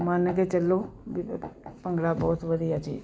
ਮੰਨ ਕੇ ਚੱਲੋ ਵੀ ਭੰਗੜਾ ਬਹੁਤ ਵਧੀਆ ਚੀਜ਼ ਹੈ